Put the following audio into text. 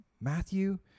Matthew